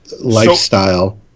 lifestyle